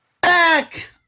Back